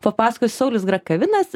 papasakos saulius grakavinas